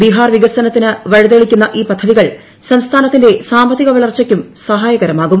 ബിഹാർ വികസനത്തിന് വഴിതെളിക്കുന്ന ഈ പദ്ധതികൾ സംസ്ഥാനത്തിന്റെ സാമ്പത്തിക വളർച്ചയ്ക്കും സഹായകരമാകും